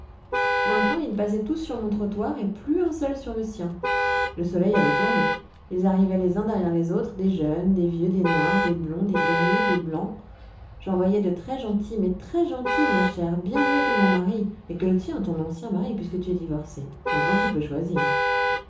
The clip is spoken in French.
maintenant ils passaient tous sur mon trottoir et plus un seul sur le sien le soleil avait tourné ils arrivaient les uns derrière les autres des jeunes des vieux des noirs des blonds des gris des blancs j'en voyais de très gentils mais très gentils ma chère bien mieux que mon mari et que le tien ton ancien mari puisque tu es divorcée maintenant tu peux choisir